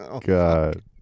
God